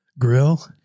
grill